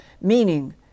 meaning